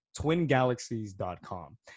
twingalaxies.com